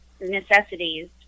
necessities